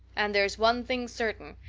and there's one thing certain,